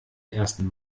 ersten